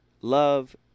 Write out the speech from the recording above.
love